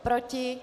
Proti?